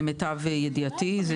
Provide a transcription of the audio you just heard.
למיטב ידיעתי.